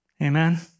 Amen